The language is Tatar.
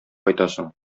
кайтасың